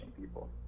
people